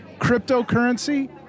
cryptocurrency